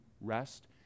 rest